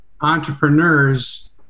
entrepreneurs